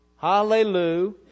Hallelujah